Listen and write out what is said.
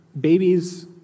babies